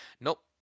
Nope